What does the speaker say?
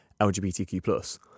LGBTQ